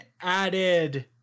added